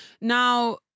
now